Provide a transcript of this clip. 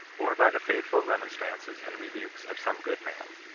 or by the faithful remonstrances and rebukes of some good man.